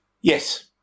Yes